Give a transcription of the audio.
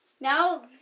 Now